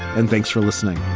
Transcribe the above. and thanks for listening